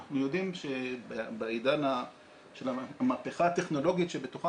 אנחנו יודעים שבעידן של המהפכה הטכנולוגית שבתוכה